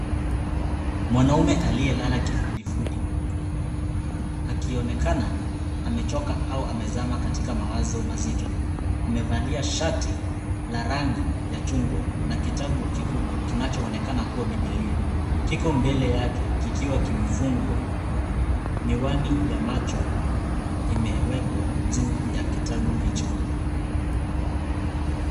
Mwanaume aliyelala kifudifudi, akionekana amechoka au amezama katika mawazo mazito. Amevalia shati la rangi ya chungwa na kitabu kikubwa kinachoonekana kuwa Bibilia, kiko mbele yake kikiwa kimefungwa. Miwani ya macho imewekwa juu ya kitabu hicho.